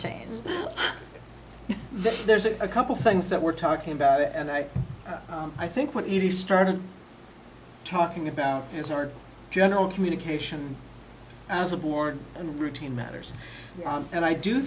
that there's a couple things that we're talking about and i i think when he started talking about us our general communication as a board and routine matters and i do